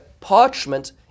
parchment